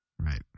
Right